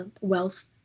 wealth